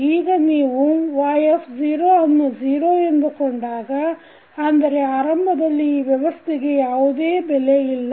ಈಗ ನೀವು y ಅನ್ನು 0 ಎಂದುಕೊಂಡಾಗ ಅಂದರೆ ಆರಂಭದಲ್ಲಿ ಈ ವ್ಯವಸ್ಥೆಗೆ ಯಾವುದೇ ಬೆಲೆ ಇಲ್ಲ